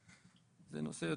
זה נושא חשוב.